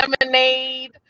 lemonade